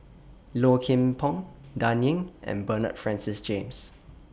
Low Kim Pong Dan Ying and Bernard Francis James